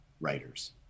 writers